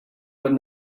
but